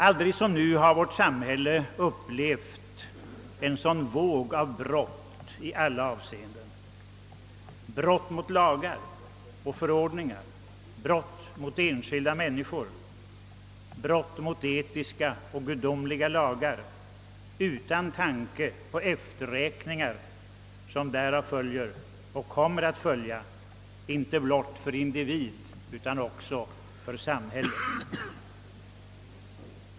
Aldrig har vårt samhälle upplevt en sådan våg av brott i alla avseenden — brott mot lagar och förordningar, brott mot enskilda människor och brott mot etiska och gudomliga lagar, utan tanke på efterräkningar som följer därav och kommer att följa, inte blott för individen utan också för samhället.